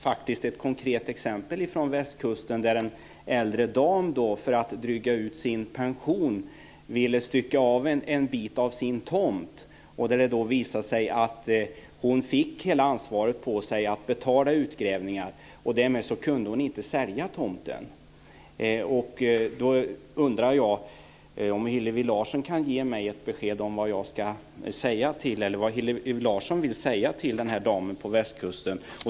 Jag har ett konkret exempel från västkusten. En äldre dam ville för att dryga ut sin pension stycka av en bit av sin tomt. Det visade sig att hon fick hela ansvaret på sig att betala utgrävningen. Därmed kunde hon inte sälja tomten. Kan Hillevi Larsson ge mig ett besked om vad hon vill säga till damen på västkusten?